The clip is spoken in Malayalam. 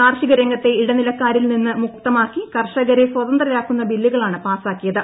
കാർഷിക രംഗത്തെ ഇടനിലക്കാരിൽ നിന്ന് മുക്തമാക്കി കർഷകരെ സ്വതന്ത്രരാക്കുന്ന ബില്ലുകളാണ് പാസാക്കിയത്